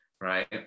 right